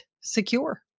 secure